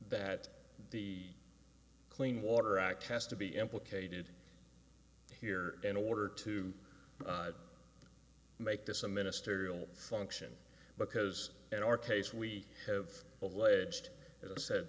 that the clean water act has to be implicated here in order to make this a ministerial function because in our case we have alleged it said